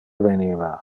veniva